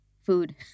food